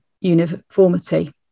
uniformity